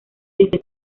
desde